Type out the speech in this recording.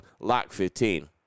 LOCK15